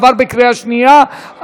עבר בקריאה שנייה,